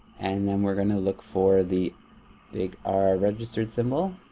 and then we're gonna look for the big r registered symbol.